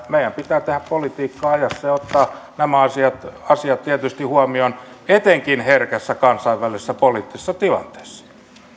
meidän pitää tehdä politiikkaa ajassa ja ottaa nämä asiat asiat tietysti huomioon etenkin herkässä kansainvälisessä poliittisessa tilanteessa